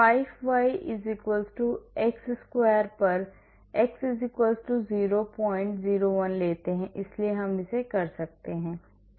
हम 5y x वर्ग पर x 001 लेते हैं इसलिए हम इसे कर सकते हैं